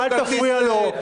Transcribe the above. אל תפריע לו.